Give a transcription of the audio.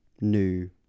new